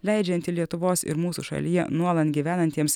leidžiantį lietuvos ir mūsų šalyje nuolat gyvenantiems